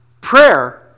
prayer